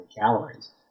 calories